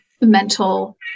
mental